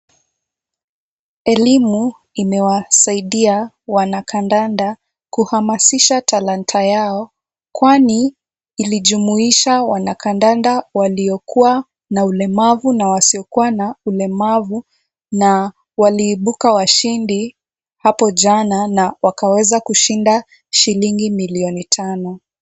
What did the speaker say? Elimu imewasaidia wanakandanda kuhamasisha talanta yao kwani ilijumuisha wanakandanda waliokuwa na ulemavu na wasiokuwa na ulemavu na waliibuka washindi hapo jana na wakaweza kushinda shillingi milioni tano.